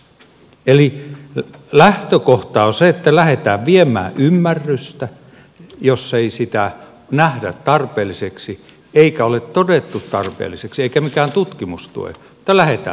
eli lähtökohta on se että lähdetään viemään ymmärrystä jos ei sitä nähdä tarpeelliseksi eikä ole todettu tarpeelliseksi eikä mikään tutkimus tue lähdetään todistelemaan